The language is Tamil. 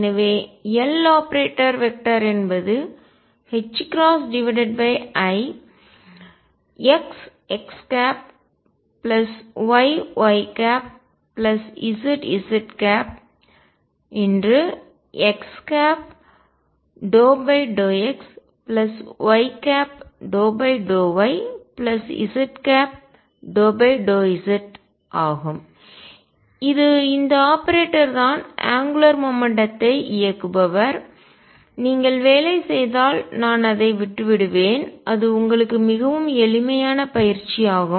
எனவே Loperator என்பது ixxyyzz×x∂xy∂yz∂z ஆகும் இது இந்த ஆபரேட்டர் தான் அங்குலார் மொமெண்ட்டம்த்தை கோண உந்தம்இயக்குபவர் நீங்கள் வேலை செய்தால் நான் அதை விட்டுவிடுவேன் அது உங்களுக்கு மிகவும் எளிமையான பயிற்சியாகும்